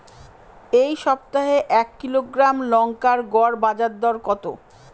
এই সপ্তাহে এক কিলোগ্রাম লঙ্কার গড় বাজার দর কত?